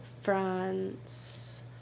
france